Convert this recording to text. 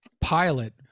pilot